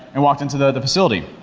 and walked into the facility.